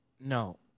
No